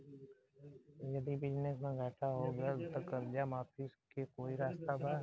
यदि बिजनेस मे घाटा हो गएल त कर्जा माफी के कोई रास्ता बा?